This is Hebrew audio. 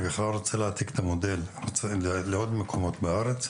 אני רוצה להעתיק את המודל למקומות נוספים בארץ,